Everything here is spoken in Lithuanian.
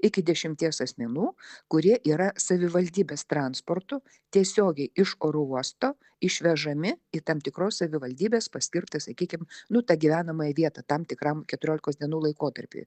iki dešimties asmenų kurie yra savivaldybės transportu tiesiogiai iš oro uosto išvežami į tam tikros savivaldybės paskirtą sakykim nu tą gyvenamąją vietą tam tikram keturiolikos dienų laikotarpiui